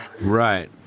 Right